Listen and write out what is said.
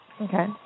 Okay